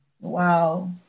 Wow